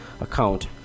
account